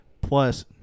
Plus